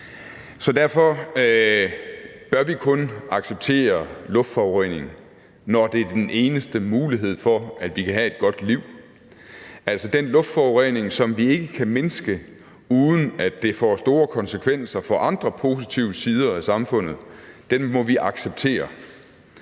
Så derfor bør vi kun acceptere luftforurening, når det er den eneste mulighed for, at vi kan have et godt liv, altså den luftforurening, som vi ikke kan mindske, uden at det får store konsekvenser for andre positive sider af samfundet. Den må vi acceptere.